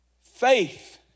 Faith